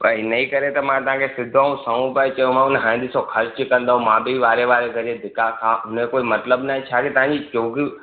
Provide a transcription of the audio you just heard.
त इन ई करे त मां तव्हांखे सिदो ऐं सऊं पियो चओमांव न हाणे ॾिसो खर्च कंदव मां बि वारे वारे करे धिका खां हुन जो कोई मतिलबु न आहे छाजे तव्हांजी जो बि